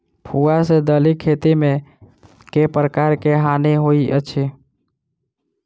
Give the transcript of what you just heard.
भुआ सँ दालि खेती मे केँ प्रकार केँ हानि होइ अछि?